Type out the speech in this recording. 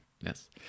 yes